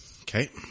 Okay